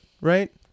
right